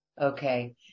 Okay